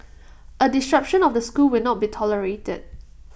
A disruption of the school will not be tolerated